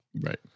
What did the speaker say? Right